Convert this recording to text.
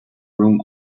room